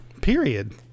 period